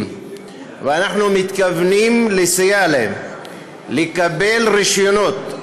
ואנחנו מתכוונים לסייע להם לקבל רישיונות.